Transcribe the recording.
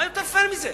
מה יותר פייר מזה?